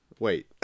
Wait